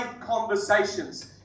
conversations